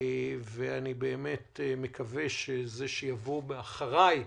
ואני באמת מקווה שזה שיבוא אחריי,